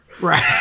Right